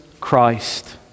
Christ